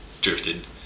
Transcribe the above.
drifted